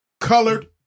Colored